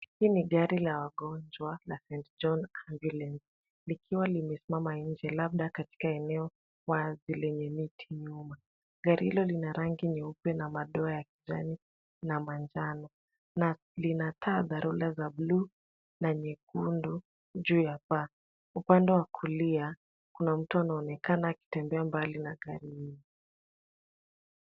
Hili ni gari la wagonjwa la St.John Ambulance likiwa limesimama nje labda katika eneo wazi lenye miti nyuma. Gari hilo lina rangi nyeupe na madoa ya kijani na manjano na lina taa dharura za blue na nyekundu juu ya paa. Upande wa kulia kuna mtu anaonekana akitembea mbali na karibu.